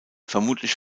vermutlich